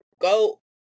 Go